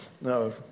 No